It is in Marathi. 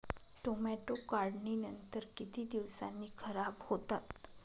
टोमॅटो काढणीनंतर किती दिवसांनी खराब होतात?